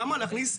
למה להכניס?